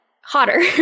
hotter